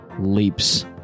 leaps